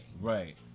Right